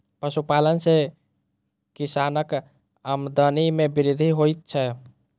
पशुपालन सॅ किसानक आमदनी मे वृद्धि होइत छै